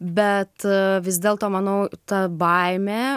bet vis dėlto manau ta baimė